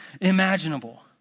imaginable